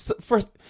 first